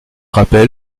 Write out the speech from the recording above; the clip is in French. rappel